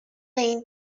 این